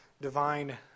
divine